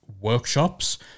workshops